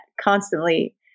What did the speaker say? constantly